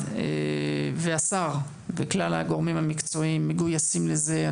והשר וכלל הגורמים המקצועיים מגויסים לזה.